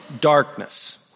darkness